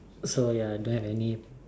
so ya don't have any